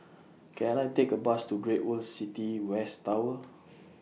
Can I Take A Bus to Great World City West Tower